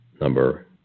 number